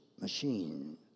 machine